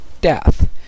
death